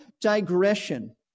digression